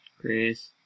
Chris